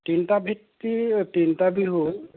তিনিটা ভিত্তি তিনিটা বিহু